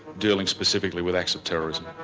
dealing specifically with acts of terrorism.